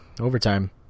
Overtime